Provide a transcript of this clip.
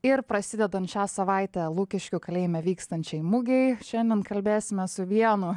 ir prasidedant šią savaitę lukiškių kalėjime vykstančiai mugei šiandien kalbėsimės su vienu